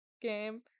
game